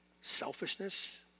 selfishness